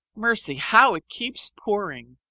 mercy! how it keeps pouring.